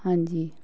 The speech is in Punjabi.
ਹਾਂਜੀ